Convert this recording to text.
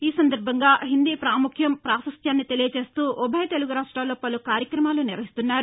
ఈ సందర్బంగా హిందీ ప్రాముఖ్యం ప్రాశస్యాన్ని తెలియజేస్తూ ఉభరు తెలుగు రాష్ట్రాల్లో పలు కార్యక్రమాలు నిర్వహిస్తున్నారు